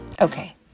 Okay